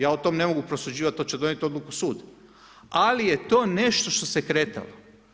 Ja o tome ne mogu prosuđivati, to će donijeti odluku sud, ali je to nešto se kretalo.